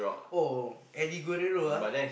oh Eddie-Guerrero ah